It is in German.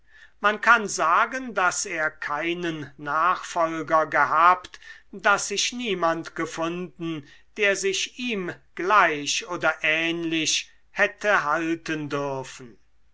man kann sagen daß er keinen nachfolger gehabt daß sich niemand gefunden der sich ihm gleich oder ähnlich hätte halten dürfen